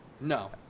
No